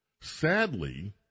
sadly